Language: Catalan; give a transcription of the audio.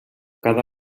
cada